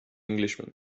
englishman